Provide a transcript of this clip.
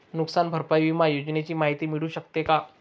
नुकसान भरपाई विमा योजनेची माहिती मिळू शकते का?